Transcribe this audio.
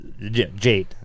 Jade